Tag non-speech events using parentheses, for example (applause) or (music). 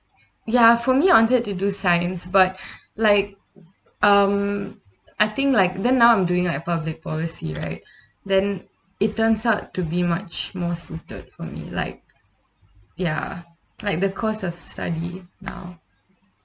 ya for me I wanted to do science but (breath) like um I think like then now I'm doing like public policy right (breath) then it turns out to be much more suited for me like ya like the course of study now